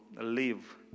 live